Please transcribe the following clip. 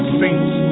saints